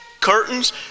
curtains